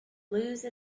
lose